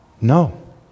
No